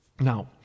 Now